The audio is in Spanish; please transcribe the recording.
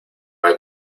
hay